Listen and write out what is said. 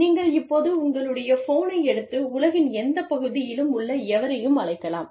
நீங்கள் இப்போது உங்களுடைய ஃபோனை எடுத்து உலகின் எந்தப் பகுதியிலும் உள்ள எவரையும் அழைக்கலாம்